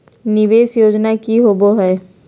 निवेस योजना की होवे है?